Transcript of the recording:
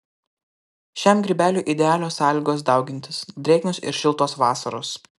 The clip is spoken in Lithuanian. šiam grybeliui idealios sąlygos daugintis drėgnos ir šiltos vasaros